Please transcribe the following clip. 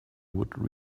would